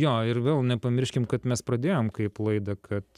jo ir vėl nepamirškim kad mes pradėjom kaip laiką kad